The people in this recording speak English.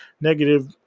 negative